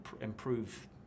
improve